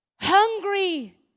hungry